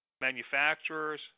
manufacturers